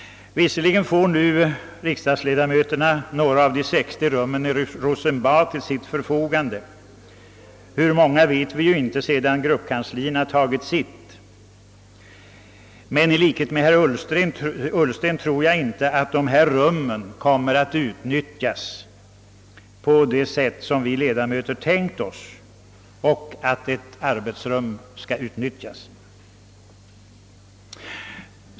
Visserligen får nu riksdagsledamöterna en del av de 60 rummen i Rosenbad till sitt förfogande — vi vet ju inte hur många rum det finns kvar åt riksdagsledamöterna sedan gruppkanslierna fyllt sitt lokalbehov. Men i likhet med herr Ullsten tror jag inte att dessa rum kan utnyttjas på det sätt som vi ledamöter tänkt oss att ett arbetsrum skall utnyttjas.